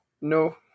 No